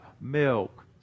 milk